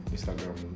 Instagram